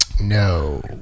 no